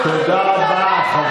תתבייש לך.